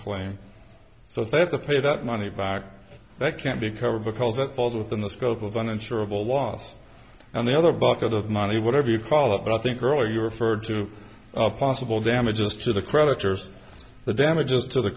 play so they have to pay that money back that can't be covered because that falls within the scope of uninsurable loss and the other bucket of money whatever you call it but i think earlier you referred to a possible damages to the creditors the damages to the